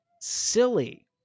silly